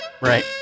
Right